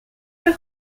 del